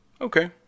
Okay